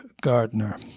Gardner